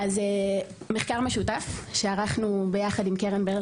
מחקר משותף שערכנו ביחד עם קרן ברל